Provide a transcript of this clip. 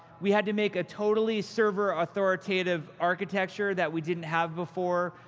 we had to make a totally server authoritative architecture that we didn't have before.